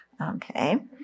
Okay